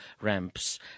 ramps